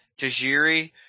Tajiri